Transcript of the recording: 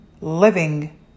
living